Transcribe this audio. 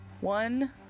one